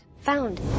Found